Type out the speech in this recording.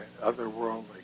otherworldly